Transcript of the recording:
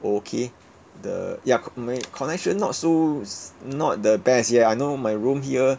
okay the ya co~ my connection not so not the best ya I know my room here